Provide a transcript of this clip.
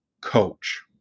coach